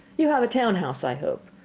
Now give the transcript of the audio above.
you have a town house, i hope?